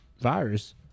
virus